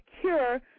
Cure